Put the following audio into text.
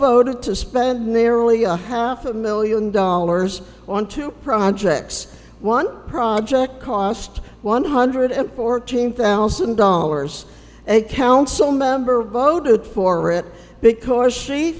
voted to spend nearly a half a million dollars on two projects one project cost one hundred fourteen thousand dollars a council member voted for it because she